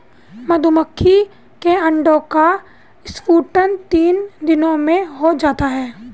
मधुमक्खी के अंडे का स्फुटन तीन दिनों में हो जाता है